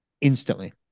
instantly